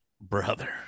brother